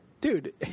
dude